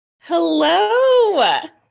Hello